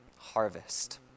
harvest